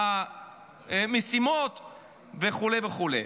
למשימות וכו' וכו'.